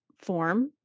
form